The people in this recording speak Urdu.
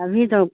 ابھی تو